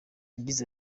yagize